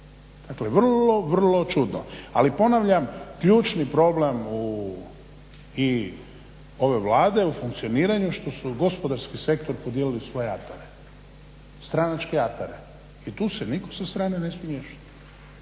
Dakle, vrlo, vrlo čudno. Ali ponavljam, ključni problem u i ove Vlade u funkcioniranju što su gospodarski sektor podijelili u atare, stranačke atare i tu se nitko sa strane ne smije miješati.